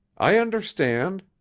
i understand.